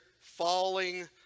falling